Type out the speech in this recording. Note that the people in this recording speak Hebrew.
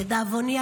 לדאבוני,